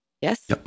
yes